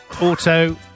auto